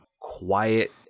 quiet